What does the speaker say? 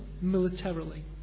militarily